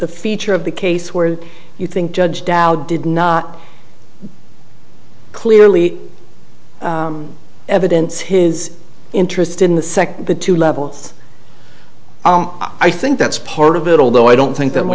the feature of the case where you think judge dow did not clearly evidence his interest in the sec the two levels i think that's part of it although i don't think that